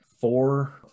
four